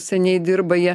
seniai dirba jie